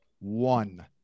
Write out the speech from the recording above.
One